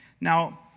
Now